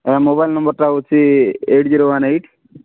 ଆଜ୍ଞା ମୋବାଇଲ୍ ନମ୍ବର୍ଟା ହେଉଛି ଏଇଟ୍ ଜିରୋ ୱାନ୍ ଏଇଟ୍